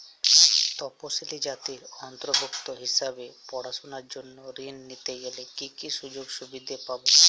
তফসিলি জাতির অন্তর্ভুক্ত হিসাবে পড়াশুনার জন্য ঋণ নিতে গেলে কী কী সুযোগ সুবিধে পাব?